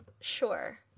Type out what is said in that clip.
sure